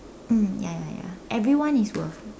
mm ya ya ya everyone is worth